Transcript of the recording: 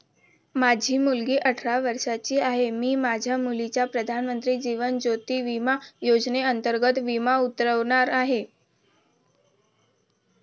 माझी मुलगी अठरा वर्षांची आहे, मी माझ्या मुलीचा प्रधानमंत्री जीवन ज्योती विमा योजनेअंतर्गत विमा उतरवणार आहे